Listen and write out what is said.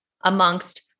amongst